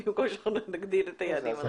במקום שנגדיל את היעדים.